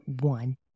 one